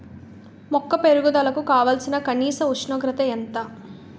మొక్క పెరుగుదలకు కావాల్సిన కనీస ఉష్ణోగ్రత ఎంత?